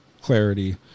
clarity